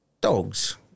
dogs